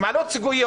שמעלות ציפיות